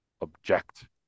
object